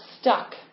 stuck